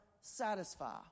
satisfy